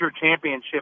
championship